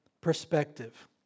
perspective